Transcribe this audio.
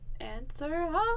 Answer